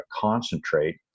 concentrate